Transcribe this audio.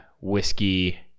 whiskey